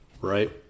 right